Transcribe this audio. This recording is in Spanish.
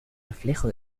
reflejo